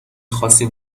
خاصی